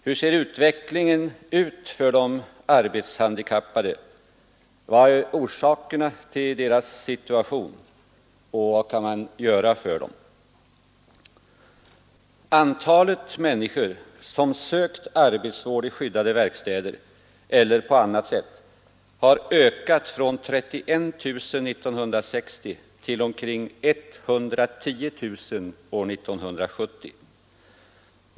Hur ser utvecklingen ut för de arbetshandikappade, vad är orsaken till deras situation och vad kan man göra för dem? Antalet människor som sökt arbetsvård i skyddade verkstäder eller på annat sätt har ökat från 31 000 år 1960 till omkring 110 000 år 1970.